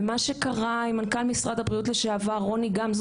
ומה שקרה עם מנכ"ל משרד הבריאות לשעבר רוני גמזו,